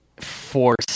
force